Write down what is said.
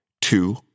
Two